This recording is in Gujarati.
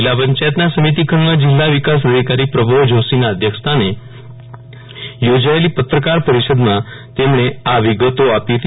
જીલ્લા પંચાયતના સમિતિ ખંડમાં જીલ્લા વિકાસ અધિકારી પ્રભવ જોષીના અધ્યક્ષસ્થાને યોજાયેલ પત્રકાર પરિષદમાં તેમણે વિગતો આપી હતી